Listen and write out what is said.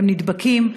הם נדבקים.